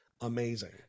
amazing